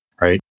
right